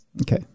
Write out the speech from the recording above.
Okay